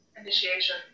Initiation